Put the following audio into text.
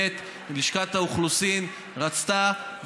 לשכת האוכלוסין רצתה,